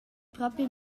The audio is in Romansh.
propi